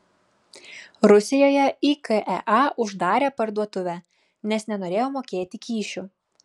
rusijoje ikea uždarė parduotuvę nes nenorėjo mokėti kyšių